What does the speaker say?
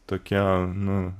tokie nu